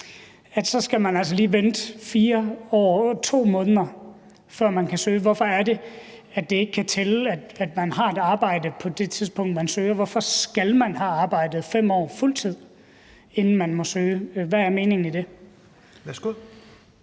– så lige skal vente 4 år og 2 måneder, før personen kan søge? Hvorfor er det, at det ikke kan tælle, at man har et arbejde på det tidspunkt, man søger? Hvorfor skal man have arbejdet 5 år på fuldtid, inden man må søge? Hvad er meningen med det?